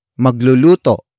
magluluto